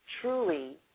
truly